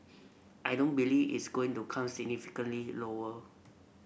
I don't believe it's going to come significantly lower